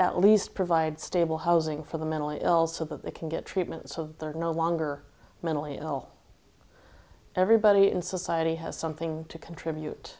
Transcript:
at least provide stable housing for the mentally ill so that they can get treatment so they're no longer mentally ill everybody in society has something to contribute